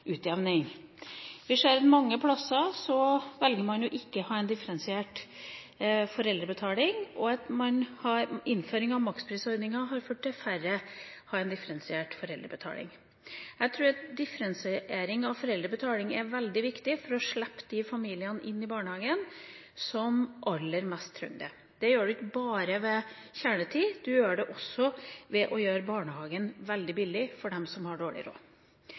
utjevning. Vi ser at mange plasser velger man ikke å ha en differensiert foreldrebetaling. Innføring av maksprisordninger har ført til at færre har en differensiert foreldrebetaling. Jeg tror at differensiering av foreldrebetaling er veldig viktig for å slippe inn i barnehagen de familiene som aller mest trenger det. Det gjør en ikke bare ved hjelp av kjernetid, en gjør det også ved å gjøre barnehagen veldig billig for dem som har dårlig råd.